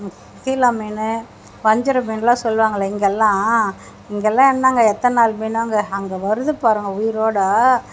சீலா மீன் வஞ்சரம் மீனுலாம் சொல்வாங்களே இங்கலாம் இங்கலாம் என்னங்க எத்தனை நாள் மீனோ அங்கே அங்கே வருது பாருங்கள் உயிரோடு